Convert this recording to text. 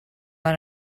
one